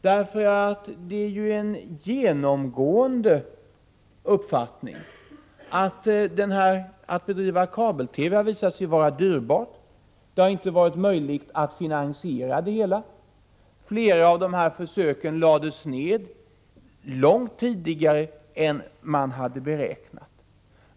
Det är ju en genomgående uppfattning att kabel-TV har visat sig vara dyrbart. Det har inte varit möjligt att finansiera det hela, och flera av försöken lades ned långt tidigare än man hade beräknat.